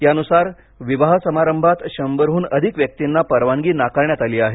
यानुसार विवाह समारंभात शंभरहून अधिक व्यक्तींना परवानगी नाकारण्यात आली आहे